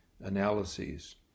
analyses